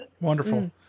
Wonderful